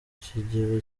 kigero